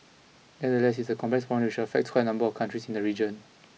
nevertheless is a complex which affects quite a number of countries in the region